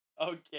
Okay